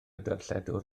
darlledwr